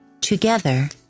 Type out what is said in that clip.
Together